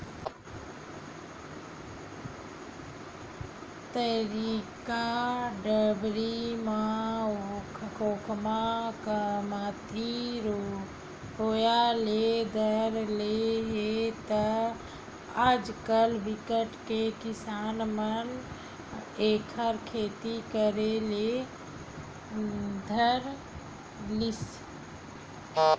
तरिया डबरी म खोखमा कमती होय ले धर ले हे त आजकल बिकट के किसान मन एखर खेती करे ले धर लिस